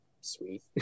sweet